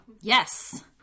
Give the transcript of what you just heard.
Yes